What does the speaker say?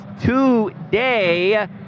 today